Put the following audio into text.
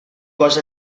cos